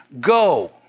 Go